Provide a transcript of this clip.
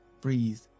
Breathe